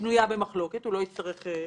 שנויה במחלוקת, הוא לא יצטרך לחשוש,